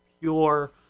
pure